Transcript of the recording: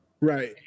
Right